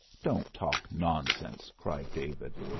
don't talk nonsense, cried david.